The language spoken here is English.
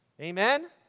Amen